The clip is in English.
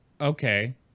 okay